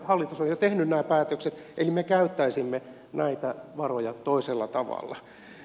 hallitus on jo tehnyt nämä päätökset eli me käyttäisimme näitä varoja toisella tavalla